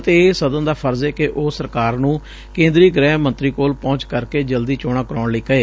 ਅਤੇ ਇਹ ਸਦਨ ਦਾ ਫਰਜ਼ ਏ ਕਿ ਉਹ ਸਰਕਾਰ ਨੂੰ ਕੇਦਰੀ ਗ੍ਹਿ ਮੰਤਰੀ ਕੋਲ ਪਹੁੰਚ ਕਰਕੇ ਜਲਦੀ ਚੋਣਾ ਕਰਾਉਣ ਲਈ ਕਹੇ